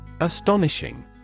Astonishing